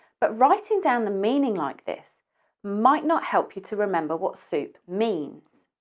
but writing down the meaning like this might not help you to remember what soup means.